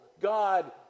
god